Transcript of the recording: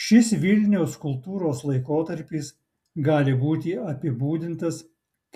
šis vilniaus kultūros laikotarpis gali būti apibūdintas